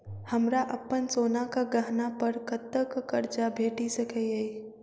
हमरा अप्पन सोनाक गहना पड़ कतऽ करजा भेटि सकैये?